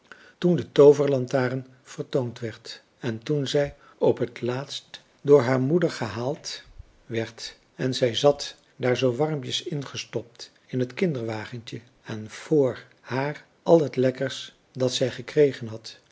toen de tooverlantaarn vertoond werd en toen zij op het laatst door haar moeder gehaald werd en zij zat daar zoo warmpjes ingestopt in het kinderwagentje en vr haar al het lekkers dat zij gekregen had